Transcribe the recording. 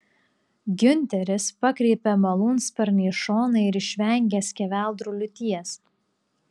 giunteris pakreipė malūnsparnį į šoną ir išvengė skeveldrų liūties